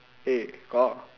eh kor